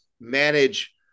manage